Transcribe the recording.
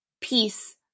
peace